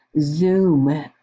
zoom